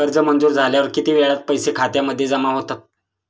कर्ज मंजूर झाल्यावर किती वेळात पैसे खात्यामध्ये जमा होतात?